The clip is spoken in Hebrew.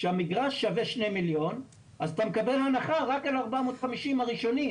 כשהמגרש שווה 2 מיליון אז אתה מקבל הנחה רק על ה-450 הראשונים,